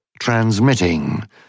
transmitting